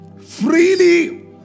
Freely